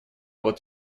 вот